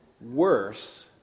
worse